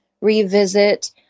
revisit